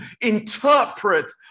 interpret